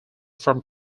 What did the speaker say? from